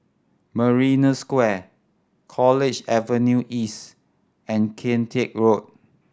Marina Square at College Avenue East and Kian Teck Road